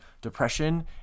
depression